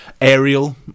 aerial